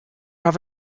have